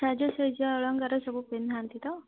ସାଜ୍ଜସଜ୍ଜା ଅଳଙ୍କାର ସବୁ ପିନ୍ଧାନ୍ତି ତ